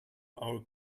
our